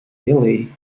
hilly